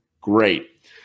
Great